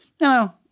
No